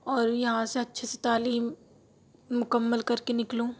اور یہاں سے اچھے سے تعلیم مکمل کر کے نکلوں